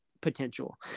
potential